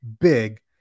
big